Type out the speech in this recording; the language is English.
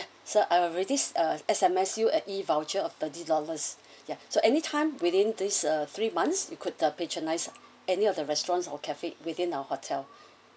sir I've already uh S_M_S you a E voucher of thirty dollars ya so anytime within this uh three months you could ah patronize any of the restaurants or cafes within our hotel